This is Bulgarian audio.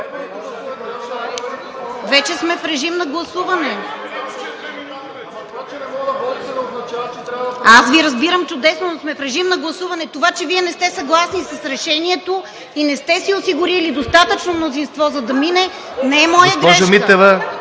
ПРЕДСЕДАТЕЛ РОСИЦА КИРОВА: Аз Ви разбирам чудесно, но сме в режим на гласуване. Това, че Вие не сте съгласни с решението и не сте си осигурили достатъчно мнозинство, за да мине, не е моя грешка.